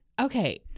Okay